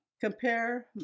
compare